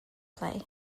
play